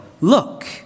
Look